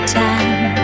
time